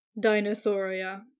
Dinosauria